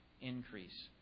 increase